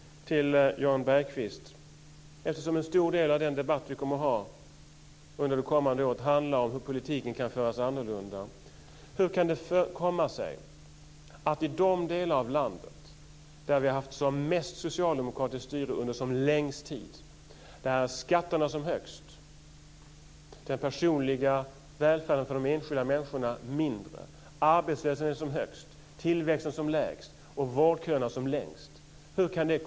Bergqvist. Eftersom en stor del av den debatt som vi kommer att ha under det kommande året kommer att handla om hur politiken kan föras annorlunda, hur kan det då komma sig att det i de delar av landet där det har varit socialdemokratiskt styre under längst tid är skatterna som högst, den personliga välfärden för de enskilda människorna mindre, arbetslösheten som högst, tillväxten som lägst och vårdköerna som längst?